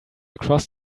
across